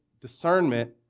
discernment